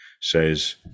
says